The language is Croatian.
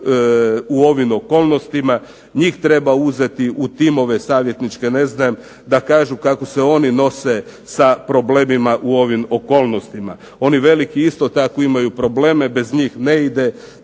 u ovim okolnostima. Njih treba uzeti savjetničke timove da kažu kako se oni nose sa problemima u ovim okolnostima. Oni veliki isto tako imaju problema, bez njih ne ide.